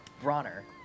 Bronner